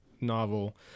novel